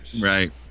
Right